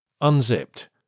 Unzipped